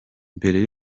mbere